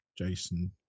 jason